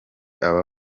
aba